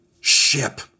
ship